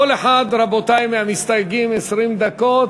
כל אחד, רבותי, מהמסתייגים, 20 דקות.